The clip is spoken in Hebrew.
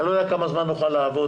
אני לא יודע כמה זמן נוכל לעבוד,